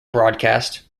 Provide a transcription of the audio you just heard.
broadcast